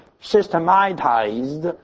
systematized